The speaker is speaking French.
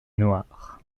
noire